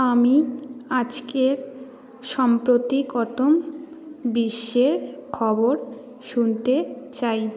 আমি আজকের সাম্প্রতিকতম বিশ্বের খবর শুনতে চাই